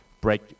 break